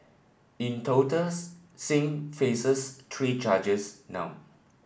in total Singh faces three charges now